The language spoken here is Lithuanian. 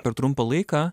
per trumpą laiką